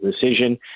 decision